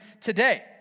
today